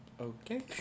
okay